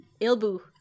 Ilbu